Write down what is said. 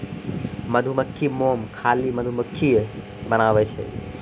मधुमक्खी मोम खाली मधुमक्खिए बनाबै छै